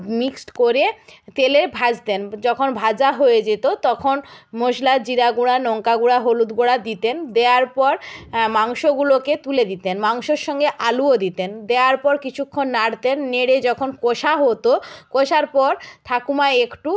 mixed করে তেলে ভাজতেন যখন ভাজা হয়ে যেতো তখন মশলা জিরা গুঁড়া লঙ্কা গুঁড়া হলুদ গুঁড়া দিতেন দেওয়ার পর মাংসগুলোকে তুলে দিতেন মাংসর সঙ্গে আলুও দিতেন দেওয়ার পর কিচ্ছুক্ষণ নাড়তেন নেড়ে যখন কষা হতো কষার পর ঠাকুমা একটু